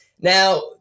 Now